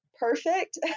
perfect